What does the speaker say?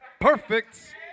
Perfect